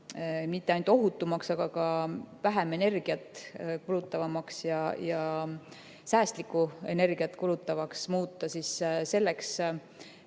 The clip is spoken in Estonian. mitte ainult ohutumaks, vaid ka vähem energiat kulutavamaks ja säästlikku energiat kulutavaks muuta, siis selleks